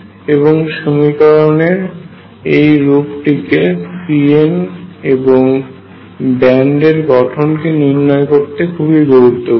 এবং এই সমীকরণের এই রূপটিকে Cn এবং ব্যান্ড এর গঠন কে নির্ণয় করতে খুবই গুরত্বপূর্ণ